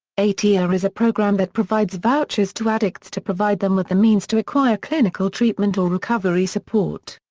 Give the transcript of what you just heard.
atr is a program that provides vouchers to addicts to provide them with the means to acquire clinical treatment or recovery support.